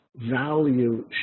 value